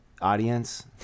audience